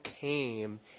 came